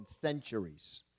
centuries